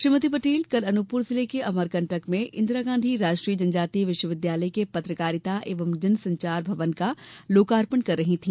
श्रीमती पटेल कल अनूपपुर जिले के अमरकंटक में इंदिरा गांधी राष्ट्रीय जनजातीय विश्वविद्यालय के पत्रकारिता एवं जनसंचार भवन का लोकार्पण कर रही थी